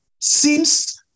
seems